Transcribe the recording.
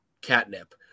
catnip